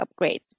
upgrades